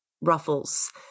ruffles